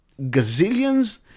gazillions